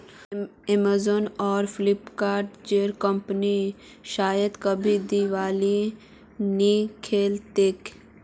Amazon आर Flipkart जेर कंपनीर शायद कभी दिवालिया नि हो तोक